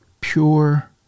pure